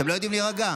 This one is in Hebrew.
אתם לא יודעים להירגע.